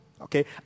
Okay